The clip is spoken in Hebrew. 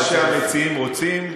מה שהמציעים רוצים.